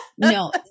No